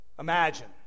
Imagine